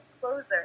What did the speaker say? closer